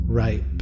right